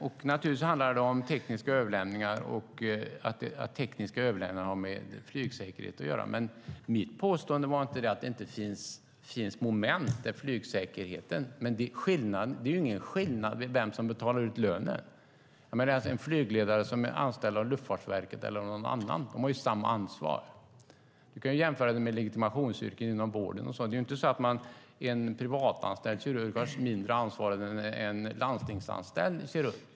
Det handlar naturligtvis om tekniska överlämningar och att de har med flygsäkerhet att göra. Mitt påstående var inte att det inte finns moment som handlar om flygsäkerheten. Men det är ingen skillnad mellan dem som betalar ut lönen. En flygledare som är anställd av Luftfartsverket har samma ansvar som en som är anställd av någon annan. Vi kan jämföra det med legitimationsyrken inom vården. En privatanställd kirurg har inte mindre ansvar än en landstingsanställd kirurg.